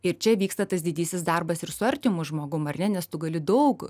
ir čia vyksta tas didysis darbas ir su artimu žmogum ar ne nes tu gali daug